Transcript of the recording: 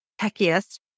techiest